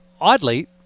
oddly